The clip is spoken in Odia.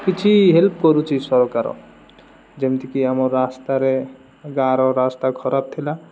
କିଛି ହେଲ୍ପ୍ କରୁଛି ସରକାର ଯେମିତିକି ଆମ ରାସ୍ତାରେ ଗାଁର ରାସ୍ତା ଖରାପ ଥିଲା